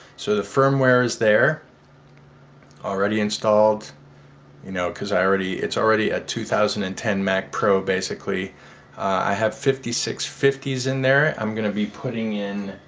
so the firmware is there already installed you know because i already it's already a two thousand and ten mac pro, basically i have fifty six fifty s in there. i'm gonna be putting in